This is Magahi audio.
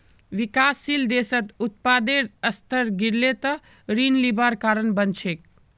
विकासशील देशत उत्पादेर स्तर गिरले त ऋण लिबार कारण बन छेक